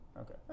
Okay